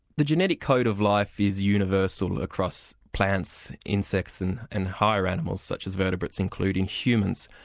the genetic code of life is universal across plants, insects and and higher animals such as vertebrates, including humans.